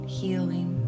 healing